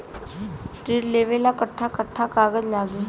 ऋण लेवेला कट्ठा कट्ठा कागज लागी?